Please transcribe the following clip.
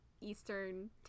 eastern